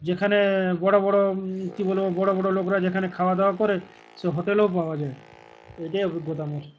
যেখানে বড়ো বড়ো কী বলবো বড়ো বড়ো লোকরা যেখানে খাওয়া দাওয়া করে সে হোটেলেও পাওয়া যায় এটাই অভিজ্ঞতা আমার